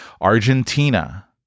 Argentina